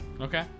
Okay